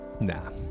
Nah